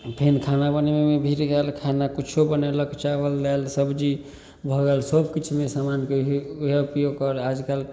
फेर खाना बनबैमे भिड़ गेल खाना किछु बनेलक चावल दालि सबजी भऽ गेल सबकिछुमे समानके ही इएह उपयोग करि आजकल